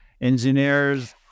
Engineers